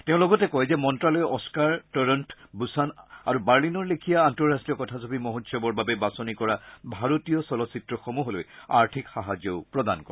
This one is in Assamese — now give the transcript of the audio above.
তেওঁ লগতে কয় যে মন্ত্ৰালয়ে অস্থাৰ টৰণ্ট বুছান আৰু বাৰ্লিনৰ লেখিয়া আন্তঃৰাষ্ট্ৰীয় কথাছবি মহোৎসৱৰ বাবে বাছনি কৰা ভাৰতীয় চলচ্চিত্ৰসমূহলৈ আৰ্থিক সাহায্যও প্ৰদান কৰে